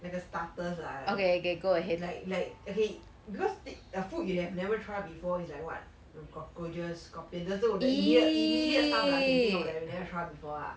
like a starters lah like like like okay because stic~ there are food that you have never tried before is like what cockroaches scorpions 那就是我的 immediate immediate stuff that I can think of that we never try before ah